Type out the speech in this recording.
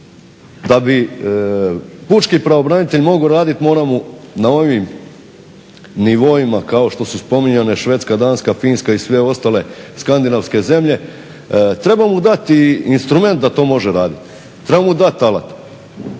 Da bi pučki pravobranitelj mogao raditi mora mu na ovim nivoima kao što su spominjane Švedska, Danska, Finska i sve ostale skandinavske zemlje treba mu dati i instrument da to može raditi, treba mu dati alat.